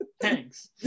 Thanks